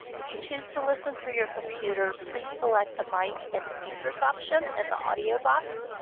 if you choose to listen through your computer, please select the mic and speakers option in the audio box.